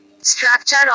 Structure